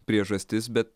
priežastis bet